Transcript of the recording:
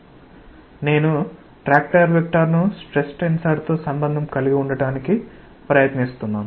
నేను ట్రాక్షన్ వెక్టర్ను స్ట్రెస్ టెన్సర్తో సంబంధం కలిగి ఉండటానికి ప్రయత్నిస్తున్నాను